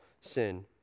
sin